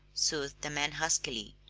soothed the man huskily.